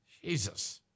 Jesus